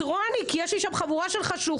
האלקטרוני כי יש לי שם חבורה של חשוכים,